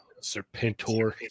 Serpentor